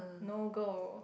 no go